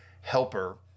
helper